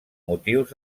motius